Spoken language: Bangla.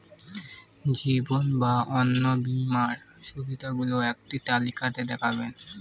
জীবন বা অন্ন বীমার সুবিধে গুলো একটি তালিকা তে দেখাবেন?